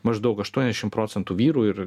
maždaug aštuoniasdešim procentų vyrų ir